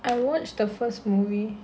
I watched the first movie